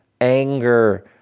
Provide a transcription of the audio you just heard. anger